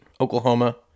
Oklahoma